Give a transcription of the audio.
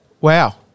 Wow